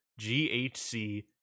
GHC